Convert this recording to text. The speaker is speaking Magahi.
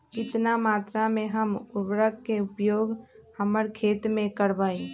कितना मात्रा में हम उर्वरक के उपयोग हमर खेत में करबई?